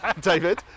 david